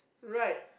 right